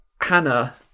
Hannah